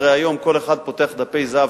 הרי היום כל אחד פותח "דפי זהב",